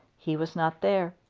he was not there.